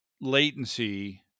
latency